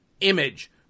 Image